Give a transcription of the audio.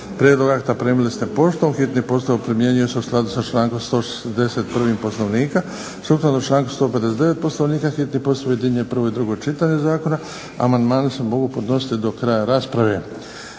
Prijedlog akta primili ste poštom. Hitni postupak primjenjuje se u skladu sa člankom 141. Poslovnika. Sukladno članku 159. Poslovnika hitni postupak objedinjuje prvo i drugo čitanje zakona. Amandmani se mogu podnositi do kraja rasprave.